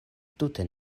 tute